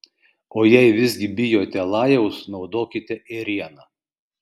o jei visgi bijote lajaus naudokite ėrieną